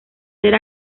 ser